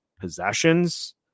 possessions